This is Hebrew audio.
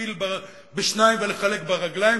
להכפיל בשניים ולחלק ברגליים,